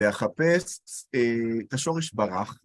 ‫לחפש את השורש ב.ר.ח.